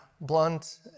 blunt